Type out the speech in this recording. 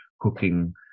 cooking